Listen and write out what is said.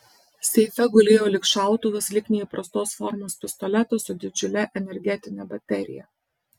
seife gulėjo lyg šautuvas lyg neįprastos formos pistoletas su didžiule energetine baterija